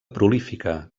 prolífica